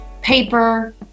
paper